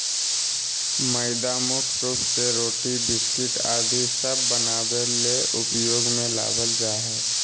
मैदा मुख्य रूप से रोटी, बिस्किट आदि सब बनावे ले उपयोग मे लावल जा हय